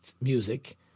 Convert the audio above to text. music